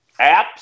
apps